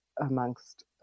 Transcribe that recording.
amongst